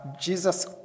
Jesus